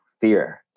fear